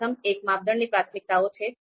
પ્રથમ એક માપદંડની પ્રાથમિકતાઓ છે